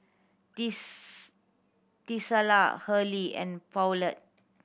Tesla Hurley and Poulet